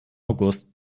august